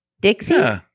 Dixie